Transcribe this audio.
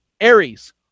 Aries